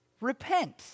Repent